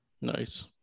Nice